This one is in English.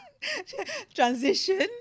transition